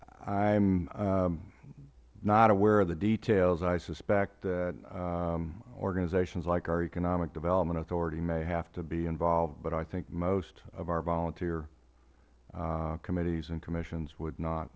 am not aware of the details i suspect organizations like our economic development authority may have to be involved but i think most of our volunteer committees and commissions would not